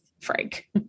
Frank